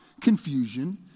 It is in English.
confusion